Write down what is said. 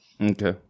Okay